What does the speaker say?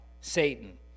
Satan